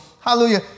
hallelujah